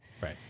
right